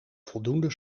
voldoende